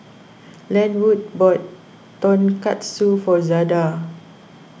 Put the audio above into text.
Lenwood bought Tonkatsu for Zada